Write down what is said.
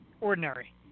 ordinary